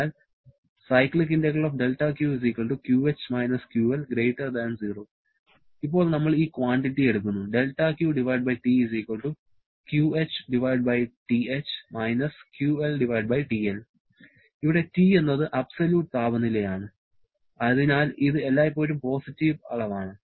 അതിനാൽ ഇപ്പോൾ നമ്മൾ ഈ ക്വാണ്ടിറ്റി എടുക്കുന്നു ഇവിടെ T എന്നത് അബ്സൊല്യൂട്ട് താപനിലയാണ് അതിനാൽ ഇത് എല്ലായ്പ്പോഴും പോസിറ്റീവ് അളവാണ്